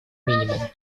минимуму